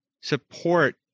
support